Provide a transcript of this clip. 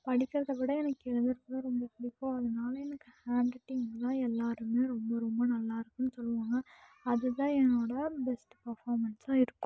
படிக்கிறதை விட எனக்கு எழுதுவது ரொம்ப பிடிக்கும் அதனால் எனக்கு ஹேண்ட் ரைட்டிங்னா எலலோருமே ரொம்ப ரொம்ப நல்லா இருக்குதுன்னு சொல்லுவாங்க அதுதான் என்னோடய பெஸ்ட் பர்ஃபாமென்ஸ்ஸாக இருக்கும்